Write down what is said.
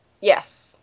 Yes